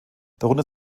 darunter